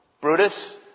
Brutus